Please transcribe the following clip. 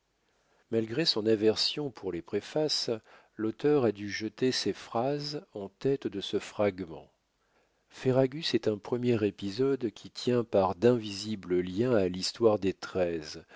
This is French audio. malgré son aversion pour les préfaces l'auteur a dû jeter ces phrases en tête de ce fragment ferragus est un premier épisode qui tient par d'invisibles liens à l'histoire des